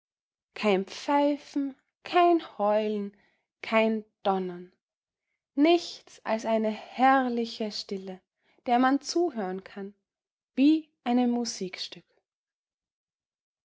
kein pfeifen kein heulen kein donnern nichts als eine herrliche stille der man zuhören kann wie einem musikstück